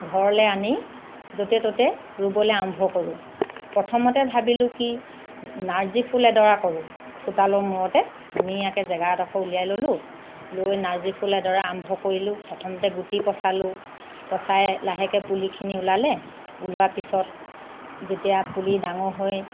ঘৰলৈ আনি য'তে ত'তে ৰুবলৈ আৰম্ভ কৰোঁ প্ৰথমতে ভাবিলোঁ কি নাৰ্জী ফুল এডৰা কৰোঁ চোতালৰ মূৰতে ধুনীয়াকৈ জেগা এডোখৰ উলিয়াই ল'লোঁ লৈ নাৰ্জী ফুল এডৰা আৰম্ভ কৰিলোঁ প্ৰথমতে গুটি পচালোঁ পচাই লাহেকৈ পুলিখিনি ওলালে ওলোৱাৰ পিছত যেতিয়া পুলি ডাঙৰ হৈ